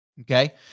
Okay